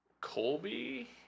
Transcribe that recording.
Colby